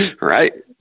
Right